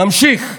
נמשיך.